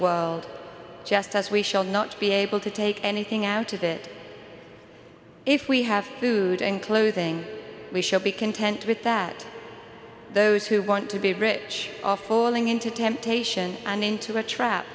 world just as we shall not be able to take anything out of it if we have food and clothing we should be content with that those who want to be rich off or ling into temptation and into a trap